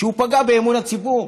כשהוא פגע באמון הציבור.